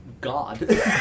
God